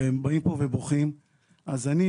ובאים